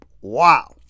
wow